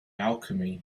alchemy